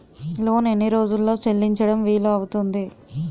Loan ఎన్ని రోజుల్లో చెల్లించడం వీలు అవుతుంది?